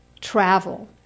travel